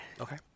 Okay